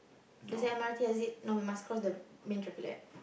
there's a m_r_t exit no we must cross the main traffic light